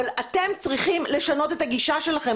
אבל אתם צריכים לשנות את הגישה שלכם.